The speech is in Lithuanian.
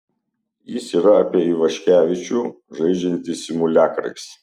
jis yra apie ivaškevičių žaidžiantį simuliakrais